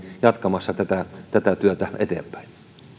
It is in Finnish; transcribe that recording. jatkamassa tätä tätä työtä eteenpäin